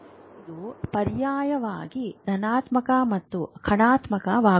ಇದು ಪರ್ಯಾಯವಾಗಿ ಧನಾತ್ಮಕ ಮತ್ತು ಋಣಾತ್ಮಕವಾಗುತ್ತದೆ